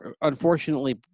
Unfortunately